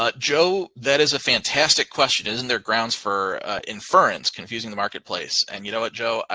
ah joe, that is a fantastic question. isn't there grounds for inference confusing the marketplace. and you know what, joe,